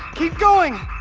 keep going!